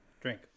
Drink